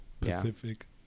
Pacific